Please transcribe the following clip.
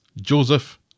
Joseph